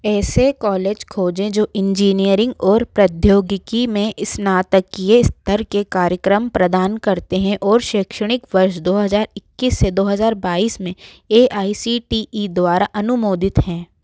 ऐसे कॉलेज खोजें जो इंजीनियरिंग और प्रौद्योगिकी में स्नातकीय स्तर के कार्यक्रम प्रदान करते हैं और शैक्षणिक वर्ष दो हज़ार इक्कीस से दो हज़ार बाईस में A I C T E द्वारा अनुमोदित हैं